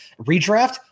redraft